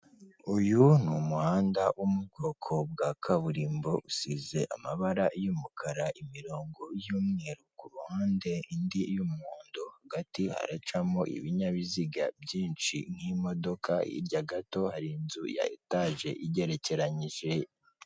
Uyu ni umuhanda wo mu bwoko bwa kaburimbo, usize amabara y'umukara, imirongo y'umweru ku ruhande, indi y'umuhondo, hagati hacamo ibinyabiziga byinshi nk'imodoka, hirya gato hari inzu ya etaje igerekeranije.